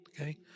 Okay